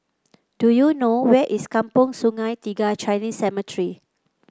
do you know where is Kampong Sungai Tiga Chinese Cemetery